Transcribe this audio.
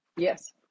Yes